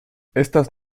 estas